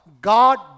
God